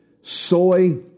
soy